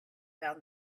found